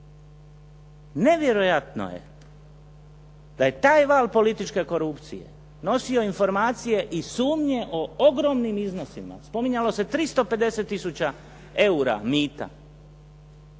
Nevjerojatno je da je taj val političke korupcije nosio informacije i sumnje o ogromnim iznosima. Spominjalo se 350000 eura mita.